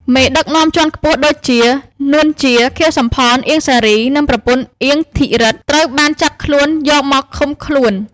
មេដឹកនាំជាន់ខ្ពស់ដូចជា នួន ជា, ខៀវ សំផន, អៀង សារី និងប្រពន្ធ អៀង ធីរិទ្ធ ត្រូវបានចាប់ខ្លួនយកមកឃុំខ្លួន។